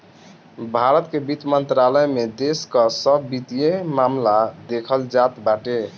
भारत के वित्त मंत्रालय में देश कअ सब वित्तीय मामला देखल जात बाटे